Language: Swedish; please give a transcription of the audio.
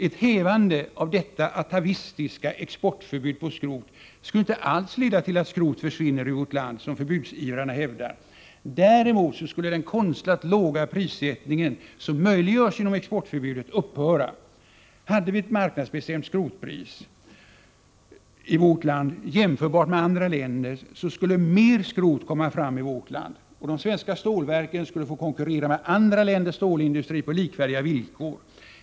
Ett hävande av detta atavistiska exportförbud på skrot skulle inte alls leda till att allt skrot försvinner ur vårt land, som förbudsivrarna hävdar. Däremot skulle den konstlat låga prissättning som möjliggörs genom exportförbudet upphöra. Hade vi ett marknadsbestämt skrotpris i vårt land, jämförbart med andra länders, skulle mer skrot komma fram i vårt land. Och de svenska stålverken skulle få konkurrera med andra länders stålindustri på likvärdiga villkor.